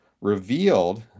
revealed